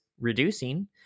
reducing